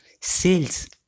sales